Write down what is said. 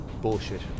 bullshit